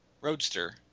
roadster